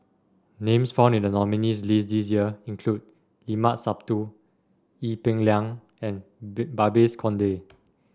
names found in the nominees' list this year include Limat Sabtu Ee Peng Liang and Babes Conde